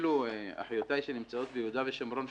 אפילו אחיותיי שנמצאות ביהודה ושומרון,